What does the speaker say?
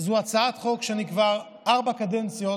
זו הצעת חוק שכבר ארבע קדנציות,